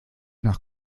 nach